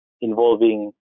involving